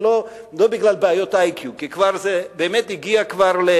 ולא בגלל בעיות IQ אלא כי זה כבר באמת הגיע לנקודות